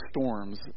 storms